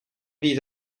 vis